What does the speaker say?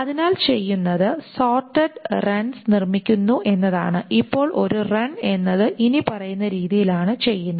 അതിനാൽ ചെയ്യുന്നത് sorted runs നിർമ്മിക്കുന്നു എന്നതാണ് ഇപ്പോൾ ഒരു റൺ എന്നത് ഇനിപ്പറയുന്ന രീതിയിലാണ് ചെയ്യുന്നത്